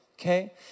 okay